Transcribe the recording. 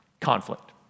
Conflict